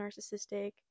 narcissistic